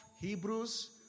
Hebrews